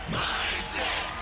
mindset